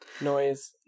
noise